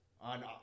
on